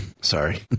Sorry